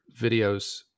videos